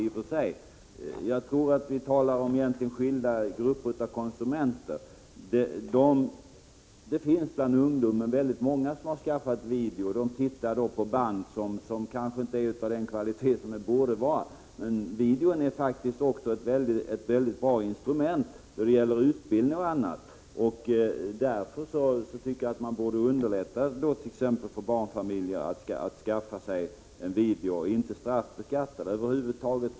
Men jag tror att vi talar om skilda grupper av konsumenter. Många ungdomar har skaffat video, och de ser på band, som kanske inte är av den kvalitet som de borde vara. Men videon är faktiskt också ett mycket bra instrument för utbildning och annat. Därför bör man underlätta för barnfamiljer att skaffa sig en video och inte straffbeskatta den.